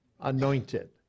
anointed